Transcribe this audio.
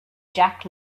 jack